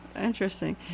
interesting